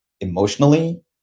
emotionally